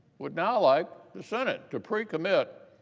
would now like the senate to pre-commit